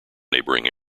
neighbouring